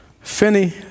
Finney